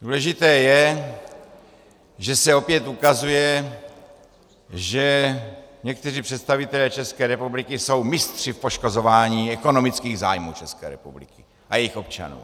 Důležité je, že se opět ukazuje, že někteří představitelé České republiky jsou mistři v poškozování ekonomických zájmu České republiky a jejích občanů.